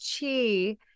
chi